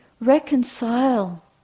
reconcile